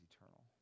eternal